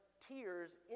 tears